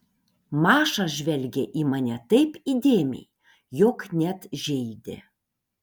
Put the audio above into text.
maša žvelgė į mane taip įdėmiai jog net žeidė